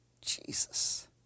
Jesus